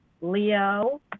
leo